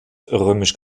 römisch